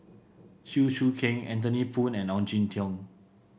Chew Choo Keng Anthony Poon and Ong Jin Teong